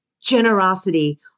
generosity